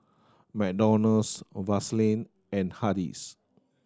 McDonald's Vaseline and Hardy's